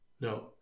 No